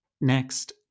Next